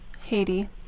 Haiti